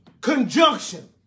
Conjunction